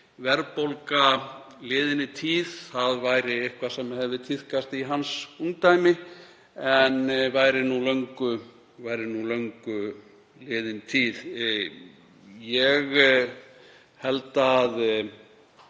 verðbólga liðinni tíð. Það væri eitthvað sem hefði tíðkast í hans ungdæmi en væri nú löngu liðin tíð. Ja,